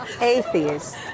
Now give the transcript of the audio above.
atheist